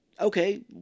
okay